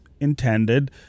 intended